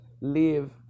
live